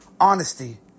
honesty